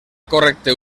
correcte